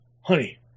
honey